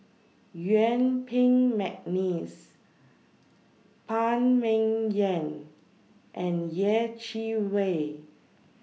Yuen Peng Mcneice Phan Ming Yen and Yeh Chi Wei